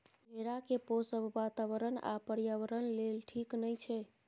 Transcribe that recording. भेड़ा केँ पोसब बाताबरण आ पर्यावरण लेल ठीक नहि छै